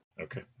Okay